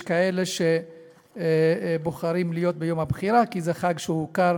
יש כאלה שבוחרים בו כיום הבחירה, כי זה חג שהוכר